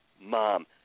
mom